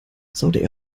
saudi